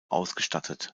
ausgestattet